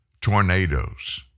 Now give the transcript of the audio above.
tornadoes